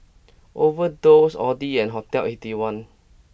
Overdose Audi and Hotel Eighty One